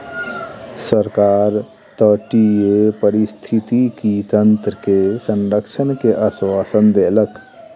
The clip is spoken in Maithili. सरकार तटीय पारिस्थितिकी तंत्र के संरक्षण के आश्वासन देलक